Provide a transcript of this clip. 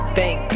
Thank